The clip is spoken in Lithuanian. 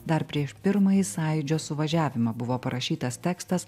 dar prieš pirmąjį sąjūdžio suvažiavimą buvo parašytas tekstas